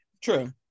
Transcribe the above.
True